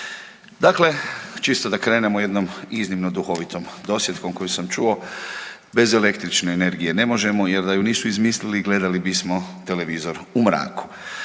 Dakle, čisto da krenem jednom iznimno duhovitom dosjetkom koju sam čuo, bez električne energije ne možemo jer da ju nisu izmislili gledali bismo televizor u mraku.